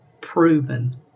proven